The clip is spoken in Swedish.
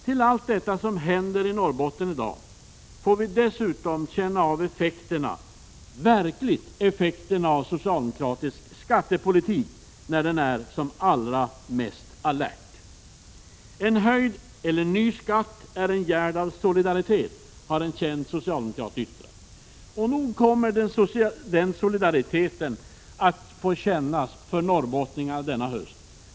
Till allt detta som händer i Norrbotten i dag får vi dessutom verkligen känna av effekterna av socialdemokratisk skattepolitik när den är som allra mest alert. ”En höjd eller ny skatt är en gärd av solidaritet”, har en känd socialdemokrat yttrat. Och nog kommer den solidariteten att kännas för norrbottningarna efter denna höst.